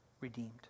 redeemed